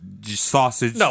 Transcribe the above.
sausage